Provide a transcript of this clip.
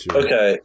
okay